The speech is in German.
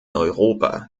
europa